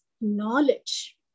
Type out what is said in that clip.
knowledge